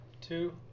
Two